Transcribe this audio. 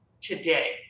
today